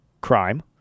Crime